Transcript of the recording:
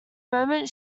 moment